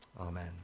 Amen